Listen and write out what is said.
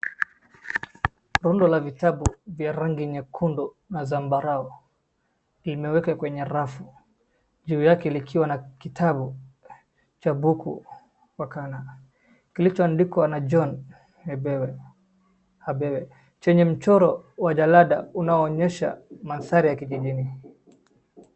Rundo la vitabu vya rangi nyekundu na zambarau, limewekwa kwenye rafu. Juu yake likiwa na kitabu cha buku wakala, kilichoandikwa na John Habewe, chenye mchoro wa jalada unaoonyesha mandhari ya kijijini.